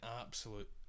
absolute